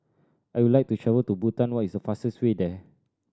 I would like to travel to Bhutan what is the fastest way there